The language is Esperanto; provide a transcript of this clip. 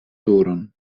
turon